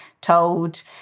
told